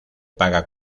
paga